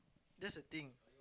that's the thing